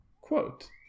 quote